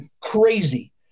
Crazy